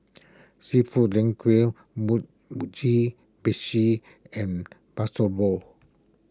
Seafood Linguine Mugi and